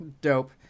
dope